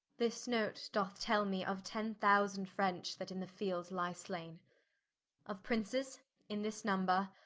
this note doth tell me of ten thousand french that in the field lye slaine of princes in this number,